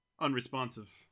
unresponsive